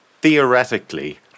Theoretically